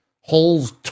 holes